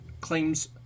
Claims